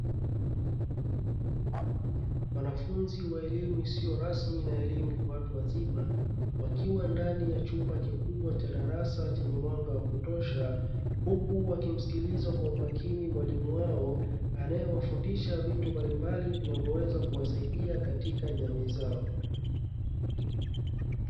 Wanafunzi wa elimu isiyo rasmi na elimu kwa watu wazima, wakiwa ndani ya chumba kikubwa cha darasa chenye mwanga wa kutosha, huku wakimsikiliza kwa umakini mwalimu wao; anayewafundisha vitu mbalimbali vinavyoweza kuwasaidia kakika jamii zao.